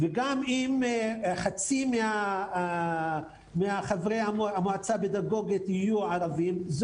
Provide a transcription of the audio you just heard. וגם אם חצי מחברי המועצה הפדגוגית יהיו ערבים,